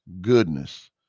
goodness